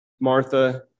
Martha